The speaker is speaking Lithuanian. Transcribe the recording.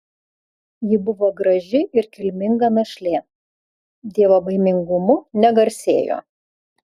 ji buvo graži ir kilminga našlė dievobaimingumu negarsėjo